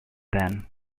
then